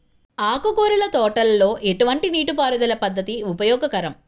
ఆకుకూరల తోటలలో ఎటువంటి నీటిపారుదల పద్దతి ఉపయోగకరం?